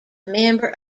member